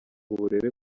uburere